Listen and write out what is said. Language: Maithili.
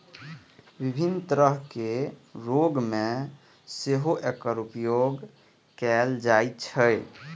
विभिन्न तरहक रोग मे सेहो एकर उपयोग कैल जाइ छै